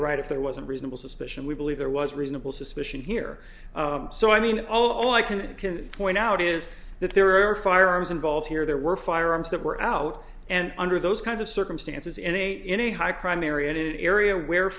right if there was a reasonable suspicion we believe there was reasonable suspicion here so i mean all i can it can point out is that there are firearms involved here there were firearms that were out and under those kinds of circumstances in a in a high crime area and in an area where